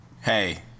Hey